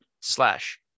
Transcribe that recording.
slash